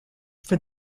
for